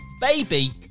Baby